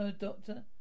doctor